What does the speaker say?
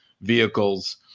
vehicles